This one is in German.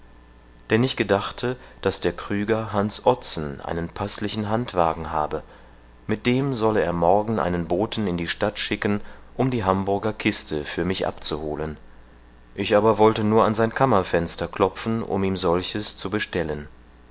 denn ich gedachte daß der krüger hans ottsen einen paßlichen handwagen habe mit dem solle er morgen einen boten in die stadt schicken um die hamburger kiste für mich abzuholen ich aber wollte nur an sein kammerfenster klopfen um ihm solches zu bestellen